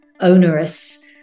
onerous